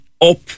up